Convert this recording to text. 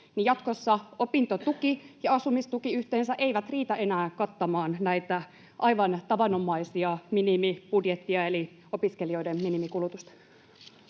jatkossa opintotuki ja asumistuki yhteensä eivät riitä enää kattamaan aivan tavanomaista minimibudjettia eli opiskelijoiden minimikulutusta.